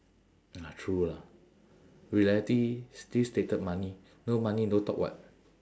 ah true lah reality still stated money no money no talk [what]